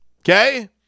Okay